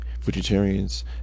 Vegetarians